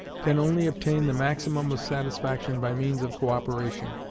can only obtain the maximum of satisfaction by means of co-operation,